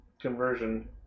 conversion